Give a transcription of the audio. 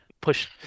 push